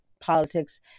politics